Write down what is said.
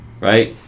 right